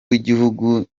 w’igihugu